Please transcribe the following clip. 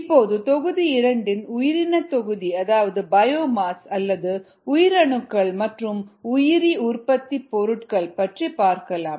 இப்போது தொகுதி 2 ல் உயிரினத்தொகுதி அதாவது பயோமாஸ் அல்லது உயிரணுக்கள் மற்றும் உயிரி உற்பத்திப் பொருள்கள் பற்றி பார்க்கலாம்